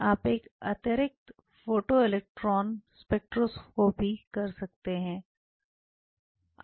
आप एक अतिरिक्त फोटोइलेक्ट्रॉन स्पेक्ट्रोस्कोपी कर सकते हैं आप एक AFM कर सकते हैं